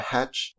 Hatch